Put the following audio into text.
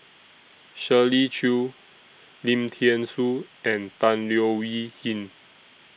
Shirley Chew Lim Thean Soo and Tan Leo Wee Hin